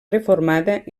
reformada